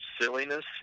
silliness